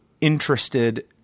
interested